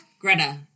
Greta